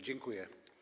Dziękuję.